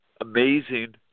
amazing